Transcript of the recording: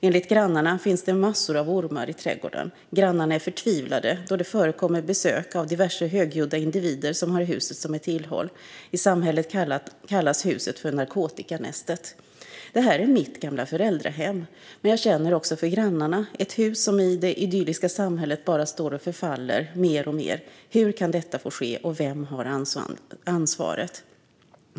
Enligt grannarna finns det massor av ormar i trädgården. Grannarna är förtvivlade då det förekommer besök av diverse högljudda individer som har huset som ett tillhåll. I samhället kallas huset för narkotikanästet. Det här är mitt gamla föräldrahem, men jag känner också för grannarna. Ett hus som i det idylliska samhället bara står och förfaller mer och mer - hur kan detta få ske, och vem har ansvaret?